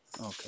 Okay